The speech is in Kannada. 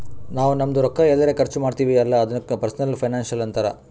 ನಾವ್ ನಮ್ದು ರೊಕ್ಕಾ ಎಲ್ಲರೆ ಖರ್ಚ ಮಾಡ್ತಿವಿ ಅಲ್ಲ ಅದುಕ್ನು ಪರ್ಸನಲ್ ಫೈನಾನ್ಸ್ ಅಂತಾರ್